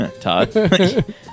Todd